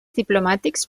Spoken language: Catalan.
diplomàtics